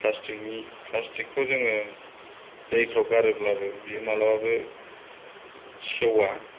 प्लास्टिकखौ जोङो दैफोराव गारोब्लाबो बियो माब्लाबाबो सेवा